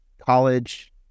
college